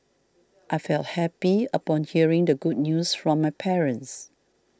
I felt happy upon hearing the good news from my parents